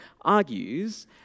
argues